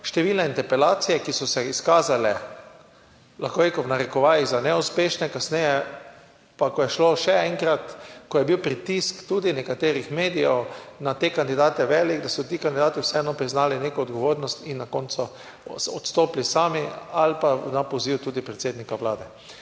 številne interpelacije, ki so se izkazale, lahko bi rekel v narekovajih, za neuspešne. Kasneje pa, ko je šlo še enkrat, ko je bil pritisk tudi nekaterih medijev na te kandidate velik, da so ti kandidati vseeno priznali neko odgovornost in na koncu odstopili sami, ali pa na poziv tudi predsednika vlade.